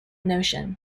notion